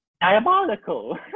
Diabolical